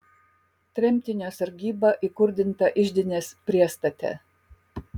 tremtinio sargyba įkurdinta iždinės priestate